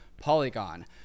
Polygon